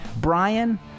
Brian